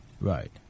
Right